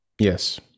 Yes